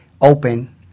open